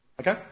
Okay